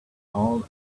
all